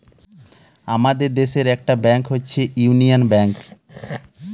আমাদের দেশের একটা ব্যাংক হচ্ছে ইউনিয়ান ব্যাঙ্ক